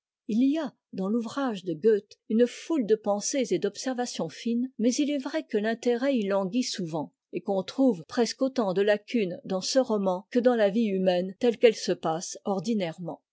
il y a dans l'ouvrage de goethe une foute de pensées et d'observations fines mais il est vrai que t'intérêt y languit souvent et qu'on trouve presque autant de lacunes dans ce roman que dans la vie humaine telle qu'ette se passe ordinairement